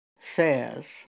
says